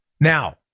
Now